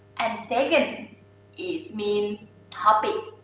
and second is mean topic.